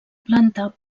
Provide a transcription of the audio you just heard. planta